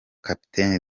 capt